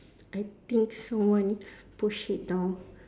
I think someone push it down